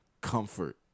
comfort